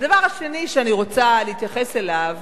הדבר השני שאני רוצה להתייחס אליו